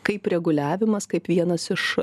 kaip reguliavimas kaip vienas iš